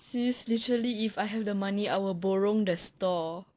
sis literally if I have the money I will borong the store